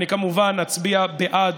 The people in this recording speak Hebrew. אני כמובן אצביע בעד.